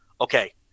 Okay